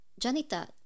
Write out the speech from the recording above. Janita